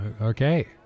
Okay